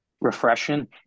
refreshing